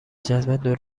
جدول